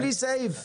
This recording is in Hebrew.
בלי סעיף?